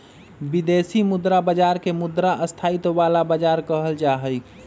विदेशी मुद्रा बाजार के मुद्रा स्थायित्व वाला बाजार कहल जाहई